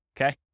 Okay